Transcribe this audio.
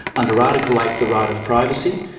under article eight, the right of privacy,